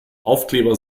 aufkleber